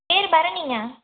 பேர் பரணிங்க